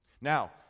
Now